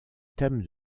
thème